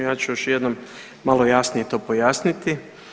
Ja ću još jednom malo jasnije to pojasniti.